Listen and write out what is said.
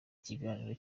kiganiro